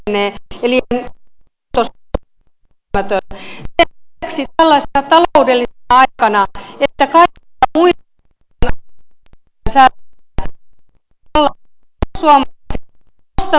sen lisäksi tällaisena taloudellisena aikana kun kaikilta muilta hallinnonaloilta mietitään säästöjä miten voi olla että perussuomalaiset nostavat suurimmaksi rahanmenon kohteeksi puolustusvoimat ja nimenomaan armeijan rahoittamisen ja aseiden hankkimisen